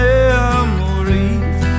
Memories